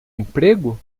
emprego